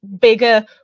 bigger